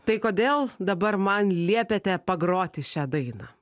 tai kodėl dabar man liepėte pagroti šią dainą